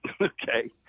Okay